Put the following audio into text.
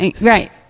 Right